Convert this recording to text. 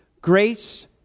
Grace